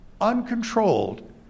uncontrolled